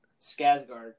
Skazgard